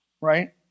Right